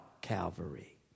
Calvary